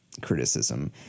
criticism